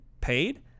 paid